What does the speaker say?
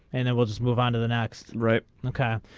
and it was move on to the next right okay.